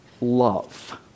love